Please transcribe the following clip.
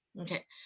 okay